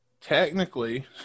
technically